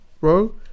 bro